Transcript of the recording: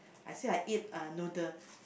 I said I eat uh noodle